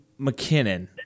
McKinnon